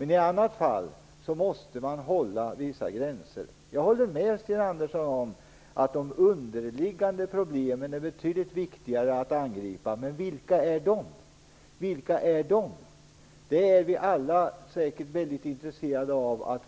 I annat fall måste man hålla på vissa gränser. Jag håller med Sten Andersson om att det är betydligt viktigare att angripa de underliggande problemen. Men vilka är de? Alla är säkert mycket intresserade av